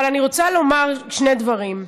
אני רוצה לומר שני דברים: